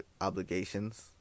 obligations